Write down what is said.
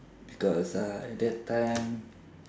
because uh at that time